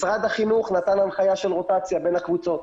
משרד החינוך נתן הנחיה של רוטציה בין הקבוצות.